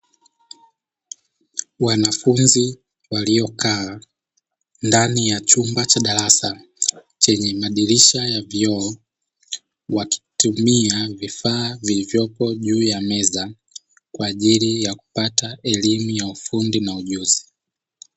Wanafunzi waliokaa ndani ya chumba cha darasa chenye madirisha ya vioo wakitumia vifaa vilivyopo juu ya meza kwa ajili ya kupata elimu ya ufundi na ujuzi.